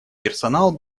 персонал